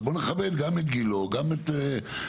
ובואו נכבד גם את גילו, גם את דעותיו.